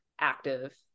active